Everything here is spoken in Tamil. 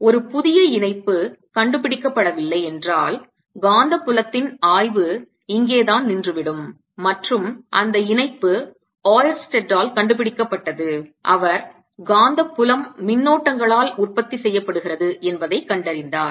ஒரு புதிய இணைப்பு கண்டுபிடிக்கப்படவில்லை என்றால் காந்தப் புலத்தின் ஆய்வு இங்கேதான் நின்றுவிடும் மற்றும் அந்த இணைப்பு ஓயர்ஸ்டெட்டால் கண்டுபிடிக்கப்பட்டது அவர் காந்தப் புலம் மின்னோட்டங்களால் உற்பத்தி செய்யப்படுகிறது என்பதைக் கண்டறிந்தார்